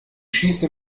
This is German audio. schieße